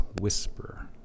whisper